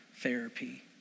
therapy